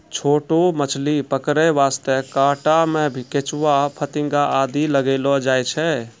छोटो मछली पकड़ै वास्तॅ कांटा मॅ केंचुआ, फतिंगा आदि लगैलो जाय छै